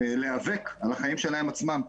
להיאבק על החיים שלהם עצמם.